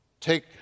take